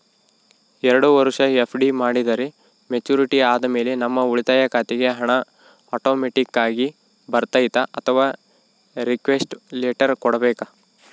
ಎರಡು ವರುಷ ಎಫ್.ಡಿ ಮಾಡಿದರೆ ಮೆಚ್ಯೂರಿಟಿ ಆದಮೇಲೆ ನಮ್ಮ ಉಳಿತಾಯ ಖಾತೆಗೆ ಹಣ ಆಟೋಮ್ಯಾಟಿಕ್ ಆಗಿ ಬರ್ತೈತಾ ಅಥವಾ ರಿಕ್ವೆಸ್ಟ್ ಲೆಟರ್ ಕೊಡಬೇಕಾ?